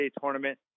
tournament